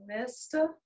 mister